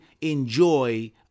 enjoy